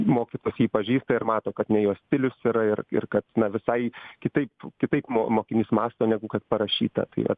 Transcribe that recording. mokytojas jį pažįsta ir mato kad ne jo stilius yra ir ir kad na visai kitaip kitaip mo mokinys mąsto negu kad parašyta tai va